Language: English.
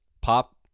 pop